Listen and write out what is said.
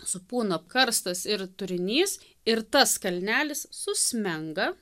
supūna karstas ir turinys ir tas kalnelis susmenga